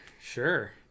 Sure